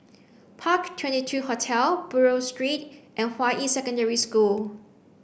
Park Twenty Two Hotel Buroh Street and Hua Yi Secondary School